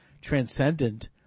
transcendent